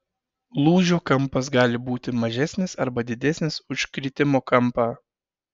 lūžio kampas gali būti mažesnis arba didesnis už kritimo kampą